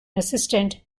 assistant